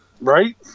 Right